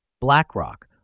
BlackRock